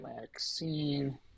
maxine